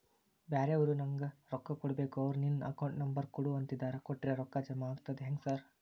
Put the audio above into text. ಬ್ಯಾರೆವರು ನಂಗ್ ರೊಕ್ಕಾ ಕೊಡ್ಬೇಕು ಅವ್ರು ನಿನ್ ಅಕೌಂಟ್ ನಂಬರ್ ಕೊಡು ಅಂತಿದ್ದಾರ ಕೊಟ್ರೆ ರೊಕ್ಕ ಜಮಾ ಆಗ್ತದಾ ಹೆಂಗ್ ಸಾರ್?